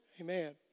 Amen